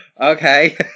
Okay